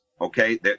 okay